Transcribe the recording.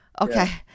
okay